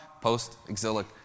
post-exilic